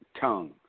tongue